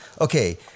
okay